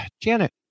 Janet